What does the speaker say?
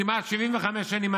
כמעט 75 שנים,